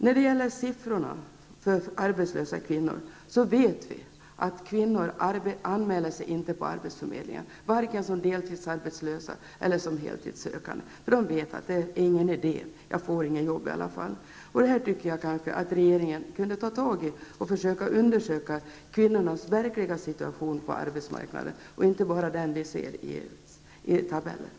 När det gäller siffrorna för arbetslösa kvinnor vet vi att kvinnor inte anmäler sig på arbetsförmedlingen, varken som deltidsarbetslösa eller som heltidssökande, därför att de vet att det inte är någon idé -- ''jag får inget jobb i alla fall''. Jag tycker att regeringen skulle ta tag i det här och undersöka kvinnornas verkliga situation på arbetsmarknaden, inte bara den vi ser i tabeller.